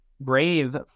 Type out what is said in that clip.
brave